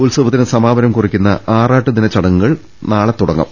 ഉത്സവത്തിന് സമാപനം കുറിക്കുന്ന ആറാട്ടുദിന ചടങ്ങു കൾ രാവിലെ മുതൽ തുടങ്ങും